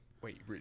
Wait